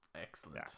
excellent